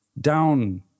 down